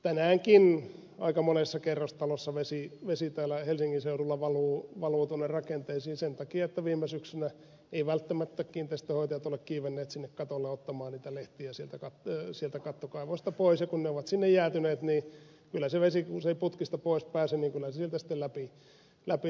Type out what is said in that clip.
tänäänkin aika monessa kerrostalossa vesi täällä helsingin seudulla valuu tuonne rakenteisiin sen takia että viime syksynä eivät välttämättä kiinteistönhoitajat ole kiivenneet sinne katolle ottamaan niitä lehtiä sieltä kattokaivoista pois ja kun ne lehdet ovat sinne jäätyneet niin kyllä se vesi jos se ei putkista pois pääse sieltä sitten läpi tulee